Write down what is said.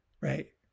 right